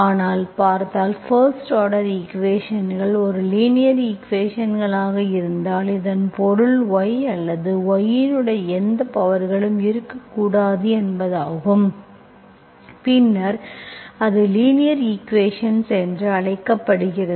ஆனால் பார்த்தால் first order ஈக்குவேஷன்ஸ்கள் ஒரு லீனியர் ஈக்குவேஷன்ஸ் ஆக இருந்தால் இதன் பொருள் y அல்லது y இன் எந்த பவர்களும் இருக்கக்கூடாது என்பதாகும் பின்னர் அது லீனியர் ஈக்குவேஷன்ஸ் என்று அழைக்கப்படுகிறது